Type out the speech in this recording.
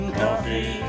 coffee